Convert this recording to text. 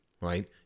right